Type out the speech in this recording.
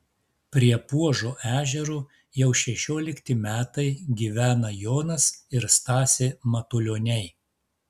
prie puožo ežero jau šešiolikti metai gyvena jonas ir stasė matulioniai